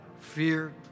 fear